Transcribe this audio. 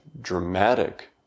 dramatic